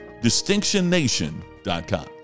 DistinctionNation.com